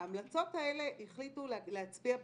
על ההחלטות האלה החליטו להצביע בכנסת,